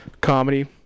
comedy